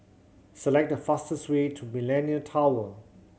select the fastest way to Millenia Tower